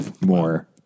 more